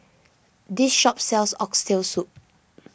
this shop sells Oxtail Soup